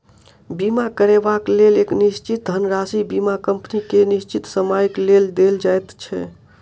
बीमा करयबाक लेल एक निश्चित धनराशि बीमा कम्पनी के निश्चित समयक लेल देल जाइत छै